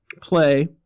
play